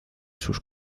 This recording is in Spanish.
sus